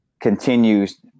continues